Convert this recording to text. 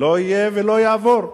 לא יהיה ולא יעבור.